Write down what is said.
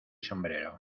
sombrero